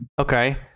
Okay